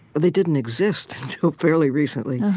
they didn't exist until fairly recently.